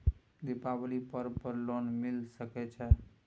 दीपावली पर्व पर लोन मिल सके छै?